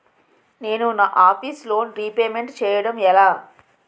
నేను నా office loan repayment చేయడం ఎలా?